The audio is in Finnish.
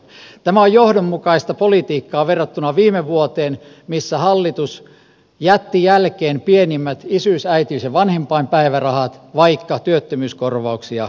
tämä on johdonmukaista politiikkaa verrattuna viime vuoteen missä hallitus jätti jälkeen pienimmät isyys äitiys ja vanhempainpäivärahat vaikka työttömyyskorvauksia korotettiin